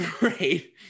Right